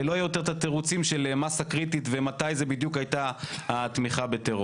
שלא יהיו יותר תירוצים של מסה קריטית ומתי בדיוק היתה התמיכה בטרור.